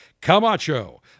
Camacho